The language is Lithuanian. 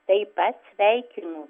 taip pat sveikinu